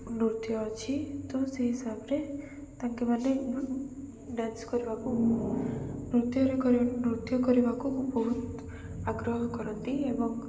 ନୃତ୍ୟ ଅଛି ତ ସେଇ ହିସାବରେ ତାଙ୍କେମାନେ ଡ୍ୟାନ୍ସ କରିବାକୁ ନୃତ୍ୟ କରିବାକୁ ବହୁତ ଆଗ୍ରହ କରନ୍ତି ଏବଂ